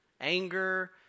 anger